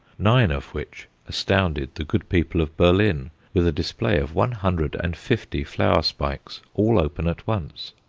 nine of which astounded the good people of berlin with a display of one hundred and fifty flower spikes, all open at once.